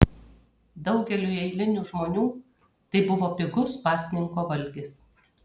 daugeliui eilinių žmonių tai buvo pigus pasninko valgis